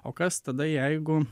o kas tada jeigu